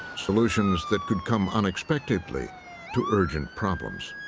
solutions that could come unexpectedly to urgent problems.